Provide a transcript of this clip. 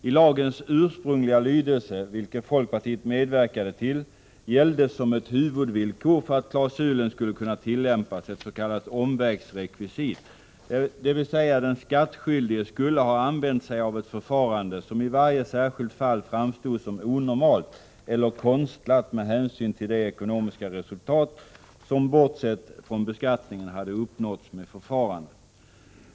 I lagens ursprungliga lydelse — vilken folkpartiet medverkade till — gällde som ett huvudvillkor för att klausulen skulle kunna tillämpas ett s.k. omvägsrekvisit, dvs. den skattskyldige skulle ha använt sig av ett förfarande som i varje särskilt fall framstod som onormalt eller konstlat med hänsyn till det ekonomiska resultatet som — bortsett från beskattningen — hade uppnåtts med förfarandet.